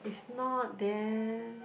it's not then